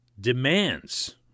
demands